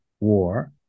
war